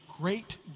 great